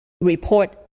report